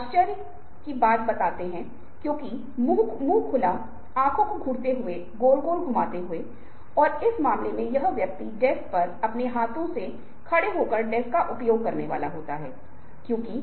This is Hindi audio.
इसलिए मैं कहता हूं कि अगर मैं किसी से मिलता हूं तो वह मुझसे अच्छा होना चाहिए पहले हम कहते थे कि वह मेरे लिए अच्छा होना चाहिए